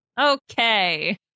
Okay